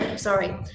Sorry